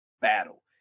battle